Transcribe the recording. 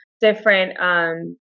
different